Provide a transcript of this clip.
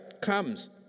comes